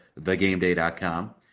thegameday.com